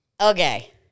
Okay